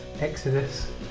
Exodus